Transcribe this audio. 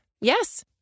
Yes